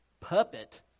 puppet